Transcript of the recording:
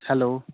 hello